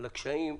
קשיים,